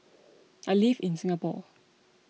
I live in Singapore